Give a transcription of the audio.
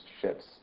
ships